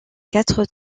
quatre